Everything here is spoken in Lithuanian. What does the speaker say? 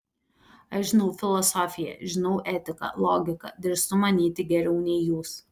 aš žinau filosofiją žinau etiką logiką drįstu manyti geriau nei jūs